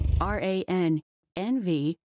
R-A-N-N-V